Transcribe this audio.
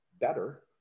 better